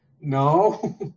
no